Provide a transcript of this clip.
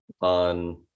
on